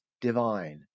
divine